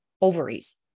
ovaries